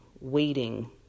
waiting